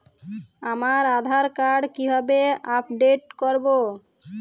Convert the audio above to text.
আমার আধার কার্ড কিভাবে আপডেট করব?